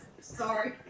Sorry